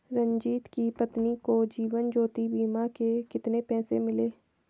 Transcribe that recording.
रंजित की पत्नी को जीवन ज्योति बीमा के कितने पैसे मिले?